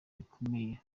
bikomeye